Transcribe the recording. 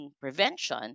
prevention